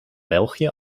belgië